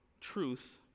truth